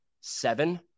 seven